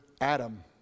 Adam